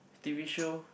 T_V show